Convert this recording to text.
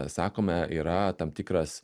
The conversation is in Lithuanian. sakome yra tam tikras